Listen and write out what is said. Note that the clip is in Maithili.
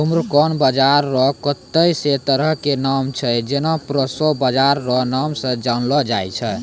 ब्रूमकॉर्न बाजरा रो कत्ते ने तरह के नाम छै जेना प्रोशो बाजरा रो नाम से जानलो जाय छै